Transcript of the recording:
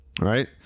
right